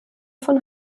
von